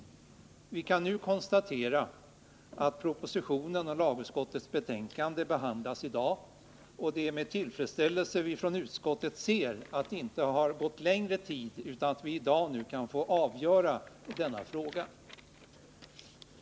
Propositionen och lagutskottets betänkande behandlas nu, och det är med tillfredsställelse vi från utskottet ser att det inte har gått längre tid utan att vi i dag kan få avgöra denna fråga.